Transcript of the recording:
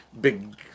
big